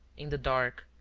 in the dark,